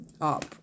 up